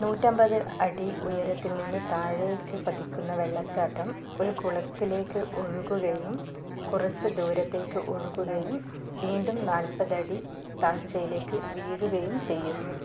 നൂറ്റി അമ്പത് അടി ഉയരത്തിൽ നിന്ന് താഴേക്ക് പതിക്കുന്ന വെള്ളച്ചാട്ടം ഒരു കുളത്തിലേക്ക് ഒഴുകുകയും കുറച്ച് ദൂരത്തേക്ക് ഒഴുകുകയും വീണ്ടും നാൽപത് അടി താഴ്ചയിലേക്ക് വീഴുകയും ചെയ്യുന്നു